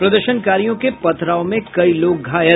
प्रदर्शनकारियों के पथराव में कई लोग घायल